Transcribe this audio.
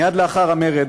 מייד לאחר המרד,